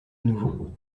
nouveau